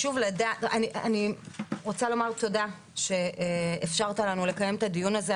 אני רוצה לומר תודה שאפשרת לנו לקיים את הדיון הזה.